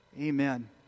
Amen